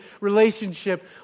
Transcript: relationship